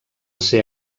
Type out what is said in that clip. ser